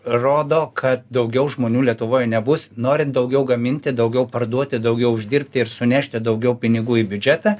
rodo kad daugiau žmonių lietuvoj nebus norint daugiau gaminti daugiau parduoti daugiau uždirbti ir sunešti daugiau pinigų į biudžetą